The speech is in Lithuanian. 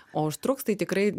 o užtruks tai tikrai